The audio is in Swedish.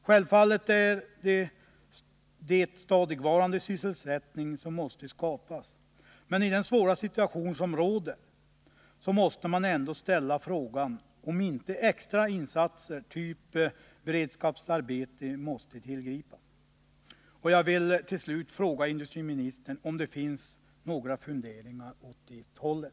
Självfallet är det stadigvarande sysselsättning som måste skapas, men i den svåra situation som råder måste man ändå ställa frågan om inte extra insatser, av typen beredskapsarbete, måste tillgripas. Jag vill därför till slut fråga industriministern om det finns några funderingar åt det hållet.